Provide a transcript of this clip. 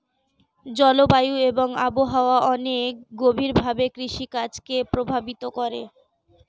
জলবায়ু এবং আবহাওয়া অনেক গভীরভাবে কৃষিকাজ কে প্রভাবিত করে